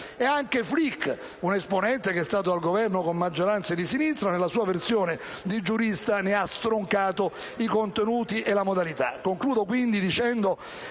E anche Flick, un esponente di Governo con maggioranze di sinistra, nella sua versione di giurista ne ha stroncato i contenuti e la modalità.